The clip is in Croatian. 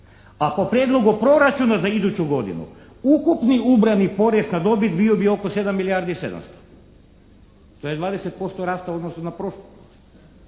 a po prijedlogu proračuna za iduću godinu ukupni ubrani porez na dobit bio bi oko 7 milijardi 700. To je 20% rasta u odnosu na prošlu